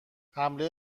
حمله